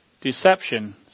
deception